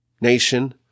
nation